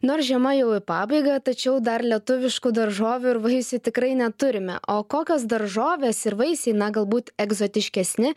nors žiema jau į pabaigą tačiau dar lietuviškų daržovių ir vaisių tikrai neturime o kokios daržovės ir vaisiai na galbūt egzotiškesni